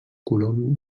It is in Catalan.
colom